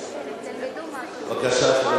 בבקשה.